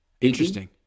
Interesting